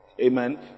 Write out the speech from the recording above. Amen